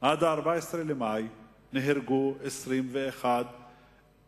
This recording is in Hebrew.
ל-14 במאי נהרגו 21 אנשים,